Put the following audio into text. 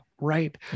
right